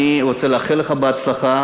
אני רוצה לאחל לך בהצלחה,